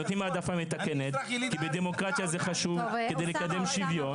נותנים העדפה מתקנת כי בדמוקרטיה זה חשוב כדי לקדם שוויון,